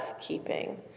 keeping